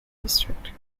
district